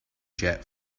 jet